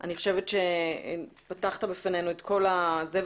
אני חושבת שפתחת בפנינו את כל הזה..